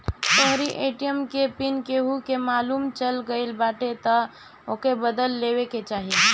तोहरी ए.टी.एम के पिन केहू के मालुम चल गईल बाटे तअ ओके बदल लेवे के चाही